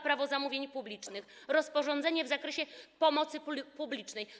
Prawo zamówień publicznych, rozporządzenie w zakresie pomocy publicznej.